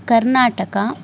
Karnataka